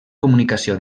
comunicació